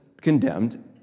condemned